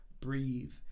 breathe